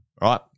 right